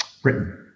Britain